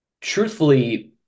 truthfully